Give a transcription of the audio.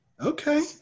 Okay